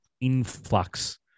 influx